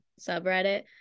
subreddit